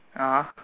(uh huh)